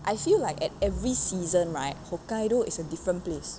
I feel like at every season right hokkaido is a different place